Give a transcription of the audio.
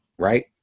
Right